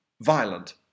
violent